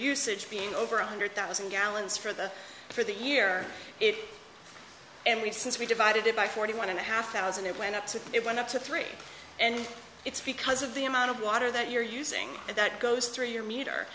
usage being over one hundred thousand gallons for the for the year and we since we divide it by forty one and a half thousand it went up to it went up to three and it's because of the amount of water that you're using that goes through your meter